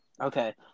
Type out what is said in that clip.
Okay